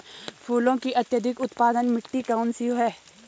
फूलों की अत्यधिक उत्पादन मिट्टी कौन सी है?